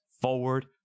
forward